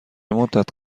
مدت